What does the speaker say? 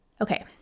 okay